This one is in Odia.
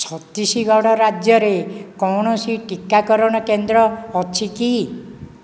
ଛତିଶଗଡ଼ ରାଜ୍ୟରେ କୌଣସି ଟିକାକରଣ କେନ୍ଦ୍ର ଅଛି କି